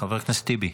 חבר הכנסת טיבי,